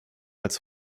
als